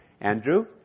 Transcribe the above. Andrew